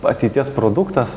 ateities produktas